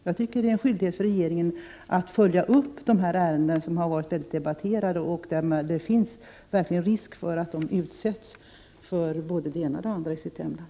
Jag tycker att det är en skyldighet för regeringen att följa upp sådana här ärenden, som varit debatterade och där det verkligen finns risk för att personer utsätts för både det ena och det andra i sitt hemland.